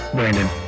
Brandon